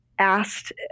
asked